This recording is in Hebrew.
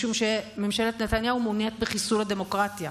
משום שממשלת נתניהו מעוניינת בחיסול הדמוקרטיה,